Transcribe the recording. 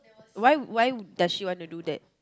why why does she wanna do that